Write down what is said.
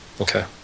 okay